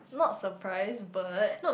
not surprised but